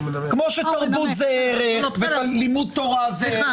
כמו שתרבות זה ערך ולימוד תורה זה ערך.